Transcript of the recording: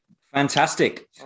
fantastic